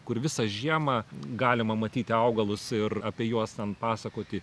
kur visą žiemą galima matyti augalus ir apie juos ten pasakoti